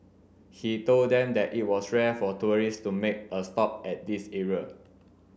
he told them that it was rare for tourists to make a stop at this area